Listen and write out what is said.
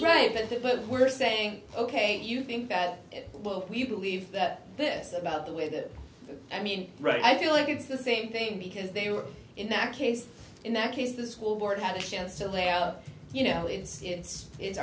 there but we're saying ok you think that but we believe that this is about the way that i mean right i feel like it's the same thing because they were in that case in that case the school board had a chance to lay out you know it's it's it